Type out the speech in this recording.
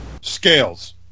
Scales